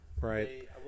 Right